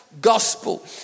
gospel